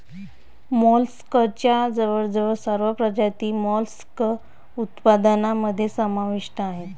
मोलस्कच्या जवळजवळ सर्व प्रजाती मोलस्क उत्पादनामध्ये समाविष्ट आहेत